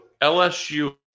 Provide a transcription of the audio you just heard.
LSU